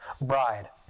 bride